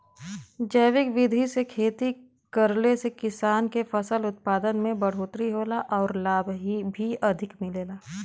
जैविक विधि से खेती करले से किसान के फसल उत्पादन में बढ़ोतरी होला आउर लाभ भी अधिक मिलेला